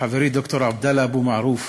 כחברי ד"ר עבדאללה אבו מערוף,